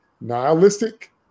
nihilistic